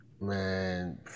Man